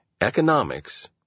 Economics